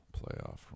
playoff